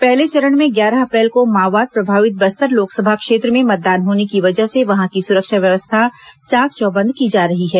पहले चरण में ग्यारह अप्रैल को माओवाद प्रभावित बस्तर लोकसभा क्षेत्र में मतदान होने की वजह से वहां की सुरक्षा व्यवस्था चाक चौबंद की जा रही है